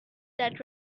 that